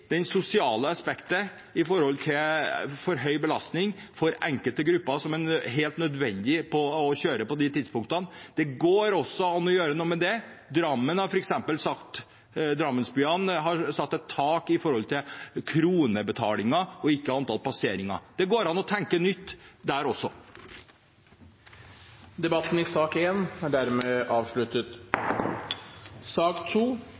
sosiale aspektet med hensyn til for høy belastning for enkelte grupper, som det er helt nødvendig for å kjøre på de tidspunktene. Det går også an å gjøre noe med det. Drammen, f.eks., har satt et tak på kronebetalingen, og ikke antall passeringer. Det går an å tenke nytt der også. Flere har ikke bedt om ordet til sak